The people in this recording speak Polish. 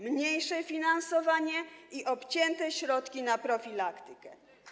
Mniejsze finansowanie i obcięte środki na profilaktykę.